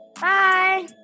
Bye